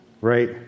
right